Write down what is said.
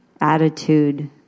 attitude